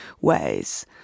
ways